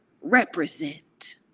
represent